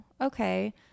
okay